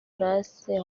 palace